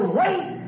wait